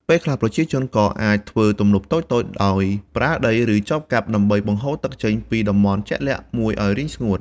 ពេលខ្លះ ប្រជាជនក៏អាចធ្វើទំនប់តូចៗដោយប្រើដី ឬចបកាប់ ដើម្បីបង្ហូរទឹកចេញពីតំបន់ជាក់លាក់មួយឲ្យរីងស្ងួត។